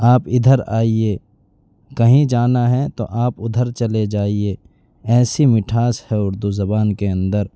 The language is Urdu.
آپ ادھر آئیے کہیں جانا ہے تو آپ ادھر چلے جائیے ایسی مٹھاس ہے اردو زبان کے اندر